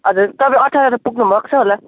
हजुर तपाईँ अठार त पुग्नुभएको छ होला